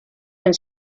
and